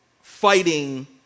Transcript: fighting